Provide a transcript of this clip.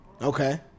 Okay